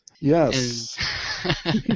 Yes